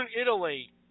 Italy